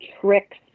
tricks